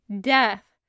death